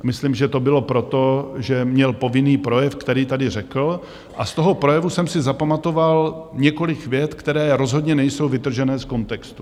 Myslím, že to bylo proto, že měl povinný projev, který tady řekl, a z toho projevu jsem si zapamatoval několik vět, které rozhodně nejsou vytržené z kontextu.